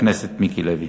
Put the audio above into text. חבר הכנסת מיקי לוי.